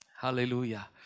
Hallelujah